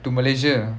to malaysia